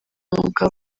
umwuga